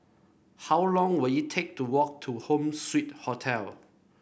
how long will it take to walk to Home Suite Hotel